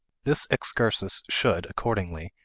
this excursus should, accordingly,